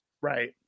Right